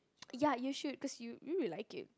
ya you should cause you you will like it